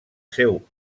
seu